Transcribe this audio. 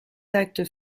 actes